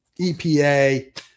EPA